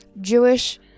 Jewish